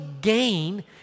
gain